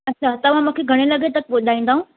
अच्छा तव्हां मूंखे घणे लॻे तक ॿुधाईंदव